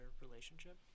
relationship